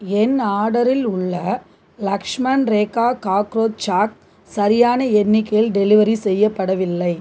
என் ஆர்டரில் உள்ள Lakshman Rekha cockroach chalk சரியான எண்ணிக்கையில் டெலிவரி செய்யப்படவில்லை